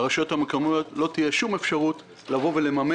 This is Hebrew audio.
לרשויות המקומיות לא תהיה שום אפשרות לממן